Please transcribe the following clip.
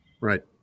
Right